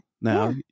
now